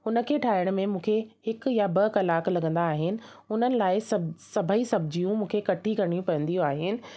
हुन खे ठाहिण में मूंखे हिकु या ॿ कलाक लॻंदा आहिनि हुननि लाइ सभु सभेई सब्जियूं मूंखे इकठी करिणियूं पवंदियूं आहिनि